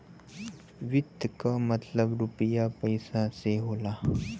वित्त क मतलब रुपिया पइसा से होला